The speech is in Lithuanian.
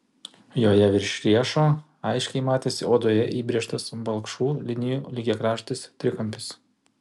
joje virš riešo aiškiai matėsi odoje įbrėžtas balkšvų linijų lygiakraštis trikampis